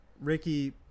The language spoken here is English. Ricky